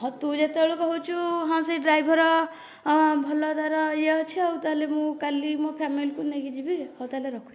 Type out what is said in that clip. ହେଉ ତୁ ଯେତେବେଳେ କହୁଛୁ ହଁ ସେ ଡ୍ରାଇଭର ଭଲ ତାର ଇଏ ଅଛି ଆଉ ତାହେଲେ ମୁଁ କାଲି ମୋ ଫ୍ୟାମିଲିକୁ ନେଇକି ଯିବି ଆଉ ହଉ ତାହେଲେ ରଖୁଛି